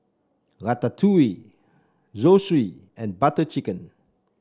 Ratatouille Zosui and Butter Chicken